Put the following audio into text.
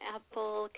Apple